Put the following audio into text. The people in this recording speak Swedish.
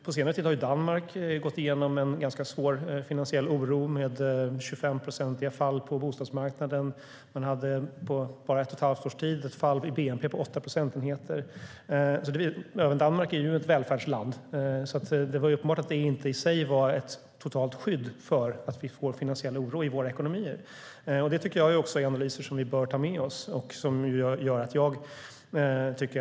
På senare tid har Danmark gått igenom en ganska svår finansiell oro med 25-procentiga fall på bostadsmarknaden. På bara ett och ett halvt års tid hade man ett fall i bnp med 8 procentenheter. Även Danmark är ett välfärdsland, så det är uppenbart att detta i sig inte var ett totalt skydd mot finansiell oro i ekonomin. Detta är analyser som jag tycker att vi bör ta med oss.